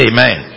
Amen